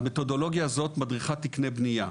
המתודולוגיה הזאת מדריכה תקני בנייה.